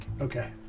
Okay